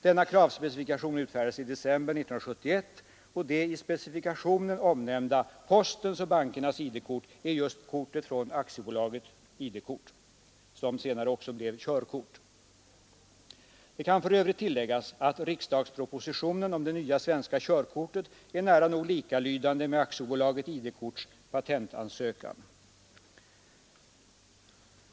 Denna kravspecifikation utfärdades i december 1971, och det i specifikationen omnämnda postens och bankernas ID-kort är just kortet från AB ID-kort, som senare också blev körkort. Det kan för övrigt tilläggas att riksdagspropositionen om det nya svenska körkortet är nära nog likalydande med AB ID-korts patentansökan.